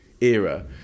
era